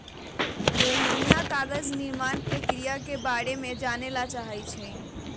रोहिणीया कागज निर्माण प्रक्रिया के बारे में जाने ला चाहा हई